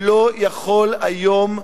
שלא יכול היום,